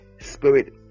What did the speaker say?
spirit